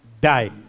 die